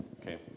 Okay